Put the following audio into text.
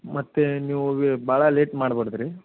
ಮತ್ತು ನೀವು ಭಾಳ ಲೇಟ್ ಮಾಡ್ಬಾರ್ದು ರೀ